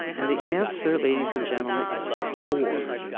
and the answer, ladies and gentlemen, is four.